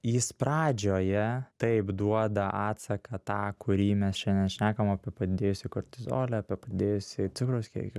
jis pradžioje taip duoda atsaką tą kurį mes šiandien šnekam apie padidėjusį kortizolį apie padidėjusį cukraus kiekį